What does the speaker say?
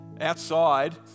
outside